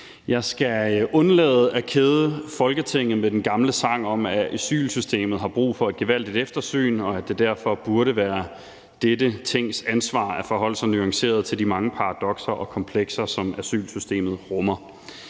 Jeg skal undlade at kede Folketinget med den gamle sang om, at asylsystemet har brug for et gevaldigt eftersyn, og at det derfor burde være dette Tings ansvar at forholde sig nuanceret til de mange paradokser og komplekser, som asylsystemet rummer.